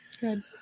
Good